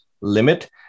limit